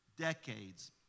decades